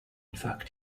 fact